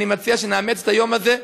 אני מציע שנאמץ את היום הזה.